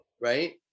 right